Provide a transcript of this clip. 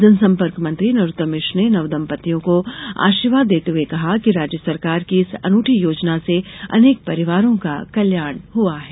जनसंपर्क मंत्री नरोत्तम मिश्र ने नवदंपत्तियों को आशीर्वाद देते हुए कहा कि राज्य सरकार की इस अनूंठी योजना से अनेक परिवारों का कल्याण हुआ है